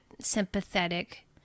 sympathetic